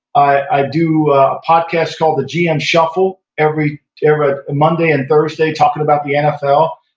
i do a podcast called the gm shuffle every every monday and thursday talking about the nfl.